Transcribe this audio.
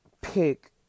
pick